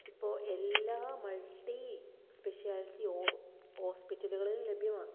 ഇപ്പോൾ എല്ലാ multi speciality ഹോസ്പിറ്റലുകളിൽ ലഭ്യമാണ്